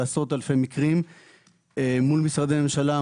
בעשרות אלפי מקרים מול משרדי ממשלה,